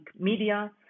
media